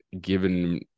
given